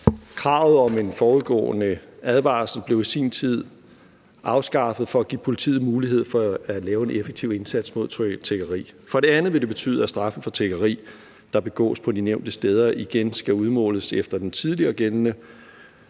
Kravet om en forudgående advarsel blev i sin tid afskaffet for at give politiet mulighed for at lave en effektiv indsats mod tiggeri. For det andet vil det betyde, at straffen for tiggeri, der begås på nævnte steder, igen skal udmåles efter det tidligere gældende